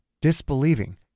disbelieving